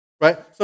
Right